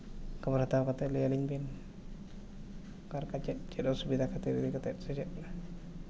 ᱠᱷᱚᱵᱚᱨ ᱦᱟᱛᱟᱣ ᱠᱟᱛᱮᱫ ᱞᱟᱹᱭ ᱟᱹᱞᱤᱧ ᱵᱤᱱ ᱚᱠᱟ ᱞᱮᱠᱟ ᱪᱮᱫ ᱪᱮᱫ ᱚᱥᱩᱵᱤᱫᱟ ᱠᱷᱟᱹᱛᱤᱨ ᱤᱫᱤ ᱠᱟᱛᱮᱫ ᱥᱮ ᱪᱮᱫ